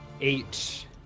Eight